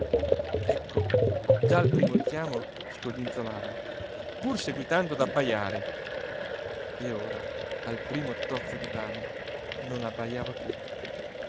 ecco già al primo richiamo scodinzolava pur seguitando ad abbajare e ora al primo tozzo di pane non abbajava più